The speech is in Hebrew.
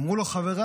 אמרו לו חבריו: